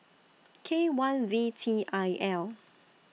K one V T I L